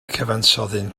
cyfansoddyn